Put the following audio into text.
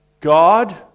God